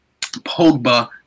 Pogba